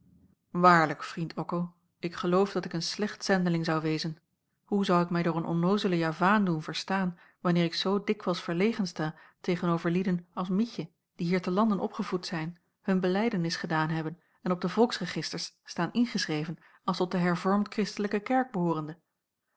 waarlijk vriend occo ik geloof dat ik een slecht zendeling zou wezen hoe zou ik mij door een onnoozelen javaan doen verstaan wanneer ik zoo dikwijls verlegen sta tegen-over lieden als mietje die hier te lande opgevoed zijn hun belijdenis gedaan hebben en op de volksregisters staan ingeschreven als tot de hervormd kristelijke kerk behoorende